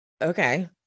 okay